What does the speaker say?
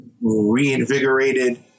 reinvigorated